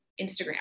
Instagram